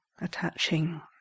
attaching